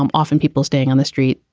um often people staying on the street,